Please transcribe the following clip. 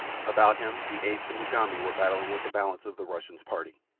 about him the apes and mugambi were battling with the balance of the russian's party.